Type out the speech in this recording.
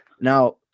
Now